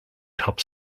top